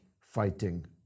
Fighting